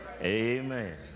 Amen